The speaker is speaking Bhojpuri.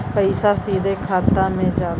पइसा सीधे खाता में जाला